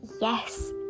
yes